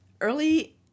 Early